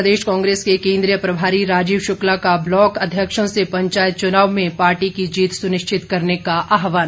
प्रदेश कांग्रेस के केन्द्रीय प्रभारी राजीव शुक्ला का ब्लॉक अध्यक्षों से पंचायत चुनाव में पार्टी की जीत सुनिश्चित करने का आहवान